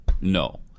no